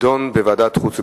תידון בוועדת החוקה,